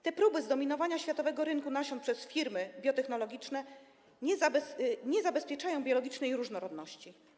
Te próby zdominowania światowego rynku nasion przez firmy biotechnologiczne nie zabezpieczają biologicznej różnorodności.